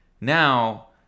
Now